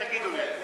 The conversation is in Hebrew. תגידו לי.